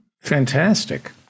Fantastic